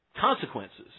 consequences